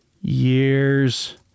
years